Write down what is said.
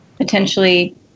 potentially